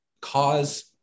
cause